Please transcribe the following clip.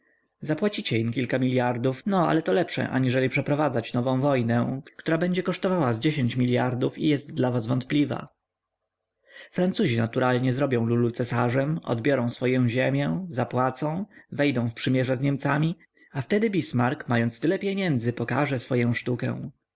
zapłacicie im kilka miliardów no ale to lepsze aniżeli przeprowadzić nową wojnę która będzie kosztowała z dziesięć miliardów i jest dla was wątpliwa francuzi naturalnie zrobią lulu cesarzem odbiorą swoję ziemię zapłacą wejdą w przymierze z niemcami a wtedy bismark mając tyle pieniędzy pokaże swoję sztukę